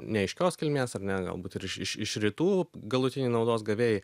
neaiškios kilmės ar ne galbūt ir iš iš iš rytų galutiniai naudos gavėjai